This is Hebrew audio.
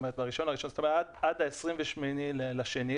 כלומר עד ה-28.2,